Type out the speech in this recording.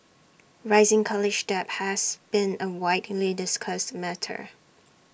rising college debt has been A widely discussed matter